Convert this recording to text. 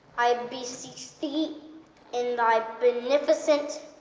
i beseech thee in thy beneficent